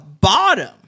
bottom